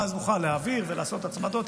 ואז נוכל להעביר ולעשות הצמדות.